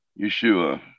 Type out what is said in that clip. Yeshua